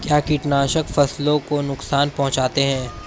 क्या कीटनाशक फसलों को नुकसान पहुँचाते हैं?